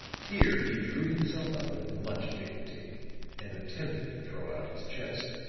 here he drew himself up with much dignity and attempted to throw out his chest.